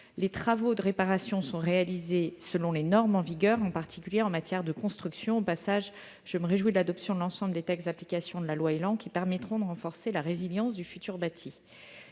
Les travaux de réparation sont réalisés selon les normes en vigueur, en particulier en matière de construction. Au passage, je me réjouis de l'adoption de l'ensemble des textes d'application de la loi ÉLAN, qui permettront de renforcer la résilience du futur bâti.